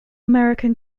american